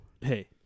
Hey